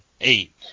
eight